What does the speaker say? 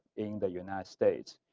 in the united states.